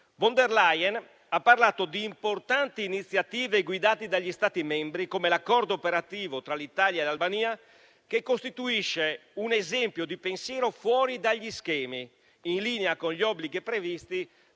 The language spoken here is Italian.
Von der Leyen ha parlato di importanti iniziative guidate dagli Stati membri, come l'accordo operativo tra l'Italia e l'Albania, che costituisce un esempio di pensiero fuori dagli schemi, in linea con gli obblighi previsti